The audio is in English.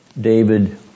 David